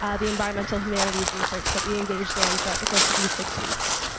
ah the environmental humanities research that we engaged in throughout the course of the six weeks.